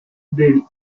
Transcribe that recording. del